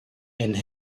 and